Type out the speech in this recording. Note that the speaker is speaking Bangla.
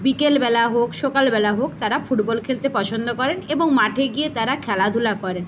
বিকেলবেলা হোক সকালবেলা হোক তারা ফুটবল খেলতে পছন্দ করেন এবং মাঠে গিয়ে তারা খেলাধুলা করেন